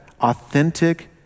authentic